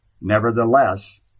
Nevertheless